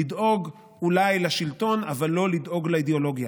לדאוג אולי לשלטון, אבל לא לדאוג לאידיאולוגיה.